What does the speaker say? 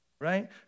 Right